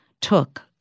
took